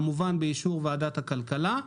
כמובן באישור ועדת הכלכלה,